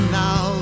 now